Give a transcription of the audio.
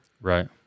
Right